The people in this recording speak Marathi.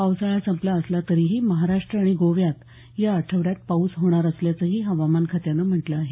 पावसाळा संपला असला तरीही महाराष्ट्र आणि गोव्यात या आठवड्यात पाऊस होणार असल्याचंही हवामान खात्यानं म्हटलं आहे